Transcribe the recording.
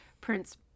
Prince